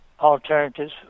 alternatives